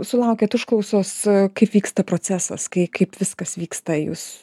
sulaukėt užklausos kaip vyksta procesas kai kaip viskas vyksta jūs